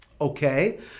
okay